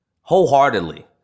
wholeheartedly